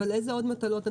אבל איזה עוד מטלות?